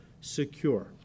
secure